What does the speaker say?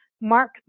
Mark